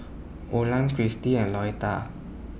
Olan Kristie and Lolita